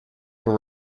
were